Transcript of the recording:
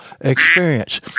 experience